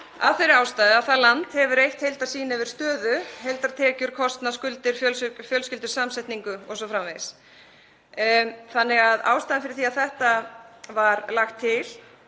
af þeirri ástæðu að það land hefur eitt heildarsýn yfir stöðu, heildartekjur, kostnað, skuldir, fjölskyldusamsetningu o.s.frv. Ástæðan fyrir því að þetta var lagt til